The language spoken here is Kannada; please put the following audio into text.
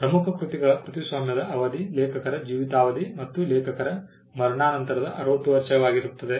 ಪ್ರಮುಖ ಕೃತಿಗಳ ಕೃತಿಸ್ವಾಮ್ಯದ ಅವಧಿ ಲೇಖಕರ ಜೀವಿತಾವಧಿ ಮತ್ತು ಲೇಖಕರ ಮರಣಾನಂತರದ 60 ವರ್ಷವಾಗಿರುತ್ತದೆ